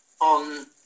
on